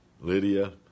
Lydia